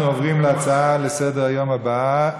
נעבור להצעות לסדר-היום בנושא: